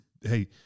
hey